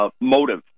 motive